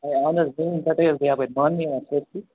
ہے اَہن حظ سٲنۍ کَٹٲیۍ حظ گٔیہِ اَپٲرۍ ماننہٕ یِوان سٲرسٕے